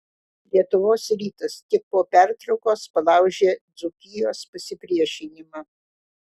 lietuvos rytas tik po pertraukos palaužė dzūkijos pasipriešinimą